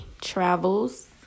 Travels